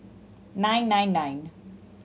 nine nine nine